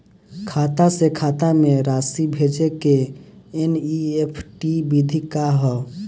खाता से खाता में राशि भेजे के एन.ई.एफ.टी विधि का ह?